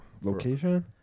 location